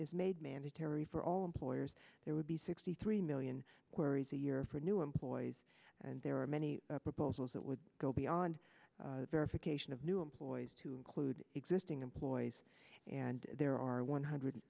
is made mandatory for all employers there would be sixty three million queries a year for new employees and there are many proposals that would go beyond verification of new employees to include existing employees and there are one hundred